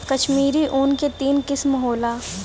कश्मीरी ऊन के तीन किसम होला